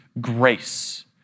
grace